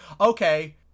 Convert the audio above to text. okay